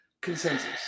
consensus